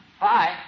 Bye